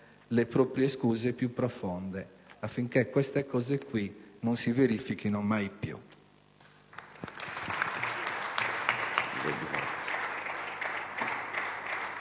le proprie scuse più profonde affinché queste cose non si verifichino mai più.